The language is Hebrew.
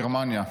גרמניה.